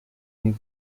jej